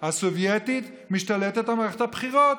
הסובייטית משתלטות על מערכת הבחירות.